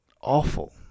awful